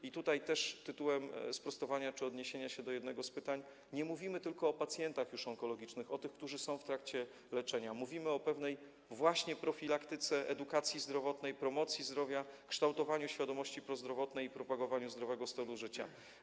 I tutaj tytułem sprostowania czy odniesienia się do jednego z pytań: nie mówimy tylko o pacjentach onkologicznych, o tych, którzy są już w trakcie leczenia, mówimy o pewnej profilaktyce, edukacji zdrowotnej, o promocji zdrowia, kształtowaniu świadomości prozdrowotnej i propagowaniu zdrowego stylu życia.